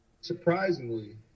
Surprisingly